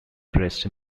breast